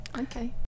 Okay